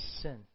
sin